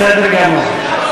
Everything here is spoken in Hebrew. בסדר גמור.